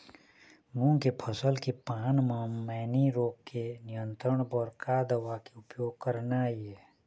मूंग के फसल के पान म मैनी रोग के नियंत्रण बर का दवा के उपयोग करना ये?